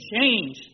change